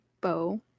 bow